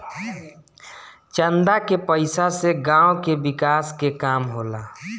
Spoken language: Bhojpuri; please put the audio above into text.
चंदा के पईसा से गांव के विकास के काम होला